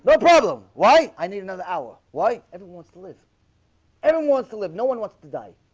but problem. why i need another hour. why everyone wants to live everyone wants to live no one wants to die